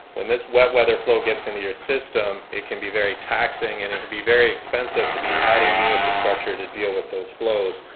when this wet weather flow gets into your system it can be very taxing and it can be very expensive to be adding new infrastructure to deal with those flows.